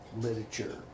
literature